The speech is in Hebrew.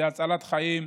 זו הצלת חיים,